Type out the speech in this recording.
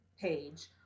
page